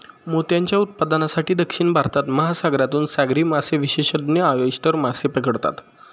मोत्यांच्या उत्पादनासाठी, दक्षिण भारतात, महासागरातून सागरी मासेविशेषज्ञ ऑयस्टर मासे पकडतात